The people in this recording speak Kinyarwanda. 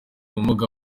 ubumuga